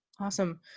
Awesome